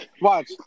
watch